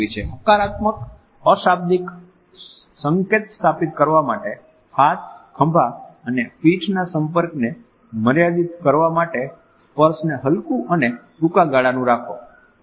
હકારાત્મક અશાબ્દિક સંકેત સ્થાપિત કરવા માટે હાથ ખભા અને પીઠના સંપર્કને મર્યાદિત કરવા માટે સ્પર્શને હલકું અને ટૂંકા ગાળાનું રાખો